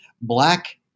Black